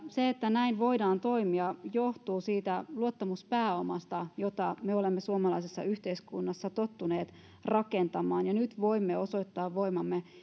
se että näin voidaan toimia johtuu siitä luottamuspääomasta jota me olemme suomalaisessa yhteiskunnassa tottuneet rakentamaan ja nyt voimme osoittaa voimamme